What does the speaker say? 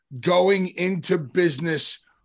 going-into-business